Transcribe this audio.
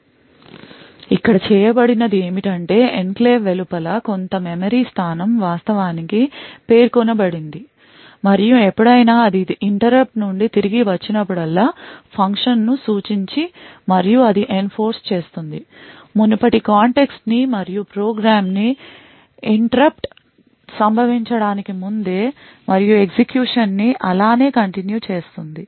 కాబట్టి ఇక్కడ చేయబడినది ఏమిటంటే ఎన్క్లేవ్ వెలుపల కొంత మెమరీ స్థానం వాస్తవానికి పేర్కొనబడింది మరియు ఎప్పుడైనా అది interrupt నుండి తిరిగి వచ్చినప్పుడల్లా ఫంక్షన్ను సూచించి మరియు అది ఎన్ఫోర్స్ చేస్తుంది మునుపటి కాంటెక్స్ట్ ని మరియు ప్రోగ్రాం ని ఇంటెర్రుప్ట్ సంభవించటానికి ముందే మరియి ఎగ్జిక్యూషన్ ని అలానే కంటిన్యూ చేస్తుంది